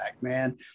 man